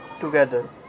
Together